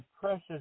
precious